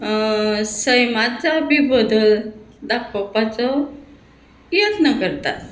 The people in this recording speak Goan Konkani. सैमात जावपी बदल दाखोवपाचो यत्न करतात